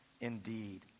indeed